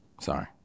Sorry